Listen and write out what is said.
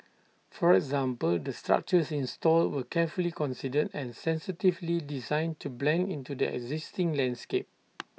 for example the structures installed were carefully considered and sensitively designed to blend into the existing landscape